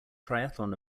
triathlon